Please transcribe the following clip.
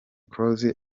close